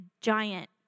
giant